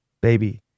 baby